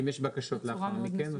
אם יש בקשות לאחר מכן?